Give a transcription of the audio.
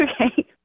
Okay